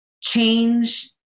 change